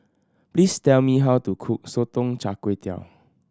please tell me how to cook Sotong Char Kway